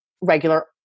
regular